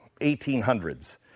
1800s